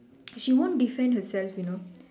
she won't defend herself you know